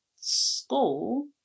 school